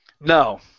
No